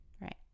Right